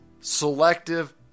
selective